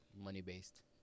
money-based